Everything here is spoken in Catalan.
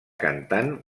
cantant